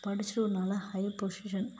படிச்சிவிட்டு ஒரு நல்லா ஹை பொசிஷன்